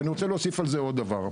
אני רוצה להוסיף על זה עוד דבר,